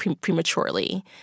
prematurely